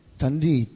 tandi